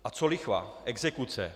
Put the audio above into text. A co lichva, exekuce?